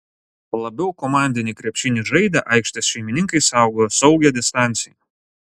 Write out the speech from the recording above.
labiau komandinį krepšinį žaidę aikštės šeimininkai saugojo saugią distanciją